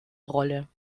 rolle